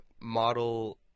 model